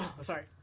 Sorry